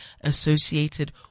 associated